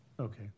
Okay